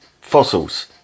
fossils